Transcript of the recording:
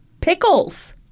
Pickles